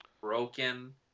broken